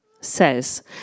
says